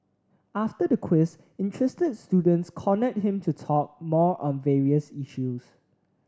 after the quiz interested students cornered him to talk more on various issues